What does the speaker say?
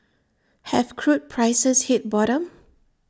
have crude prices hit bottom